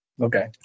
Okay